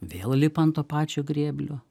vėl lipa ant to pačio grėblio